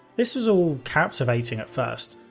this was all captivating at first.